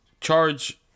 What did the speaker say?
charge